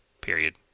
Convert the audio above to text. period